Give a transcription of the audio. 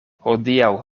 hodiaŭ